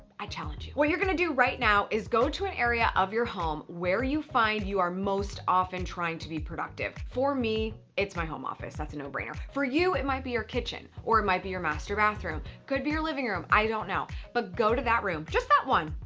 i challenge you. what you're gonna do right now is go to an area of your home where you find you are most often trying to be productive. for me, it's my home office, that's a no brainer. for you, it might be your kitchen or might be your master bathroom. could be your living room, i don't know. but go to that room, just that one,